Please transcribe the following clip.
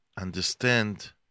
understand